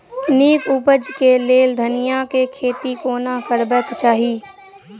नीक उपज केँ लेल धनिया केँ खेती कोना करबाक चाहि?